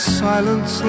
silence